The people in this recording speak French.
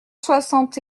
soixante